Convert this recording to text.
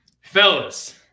Fellas